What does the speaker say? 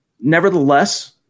nevertheless